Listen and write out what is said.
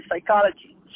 psychology